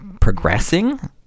progressing